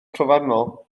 trofannol